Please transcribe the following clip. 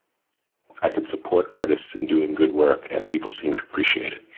i could support artists in doing good work, and people seem to appreciate it.